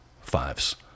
fives